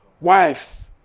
Wife